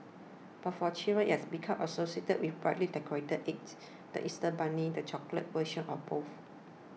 but for children it has become associated with brightly decorated eggs the Easter bunny the chocolate versions of both